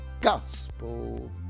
gospel